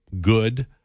good